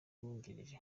wungirije